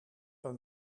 een